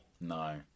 No